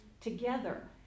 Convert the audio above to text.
together